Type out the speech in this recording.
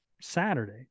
saturday